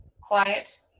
quiet